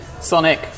Sonic